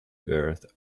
earth